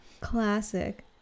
Classic